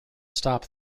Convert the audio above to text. stop